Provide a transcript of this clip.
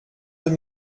deux